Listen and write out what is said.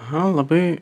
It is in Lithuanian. aha labai